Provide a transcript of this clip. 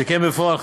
שכן בפועל,